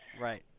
right